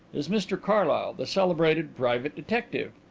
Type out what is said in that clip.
is mr carlyle, the celebrated private detective.